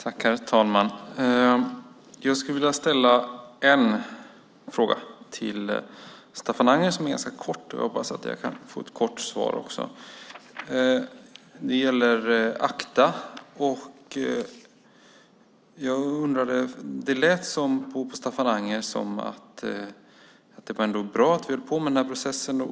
Herr talman! Jag skulle vilja ställa en fråga som är ganska kort till Staffan Anger, och jag hoppas att jag kan få ett kort svar. Frågan gäller ACTA. Det lät på Staffan Anger som om det ändå var bra att vi höll på med denna process.